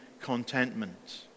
contentment